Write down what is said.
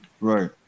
Right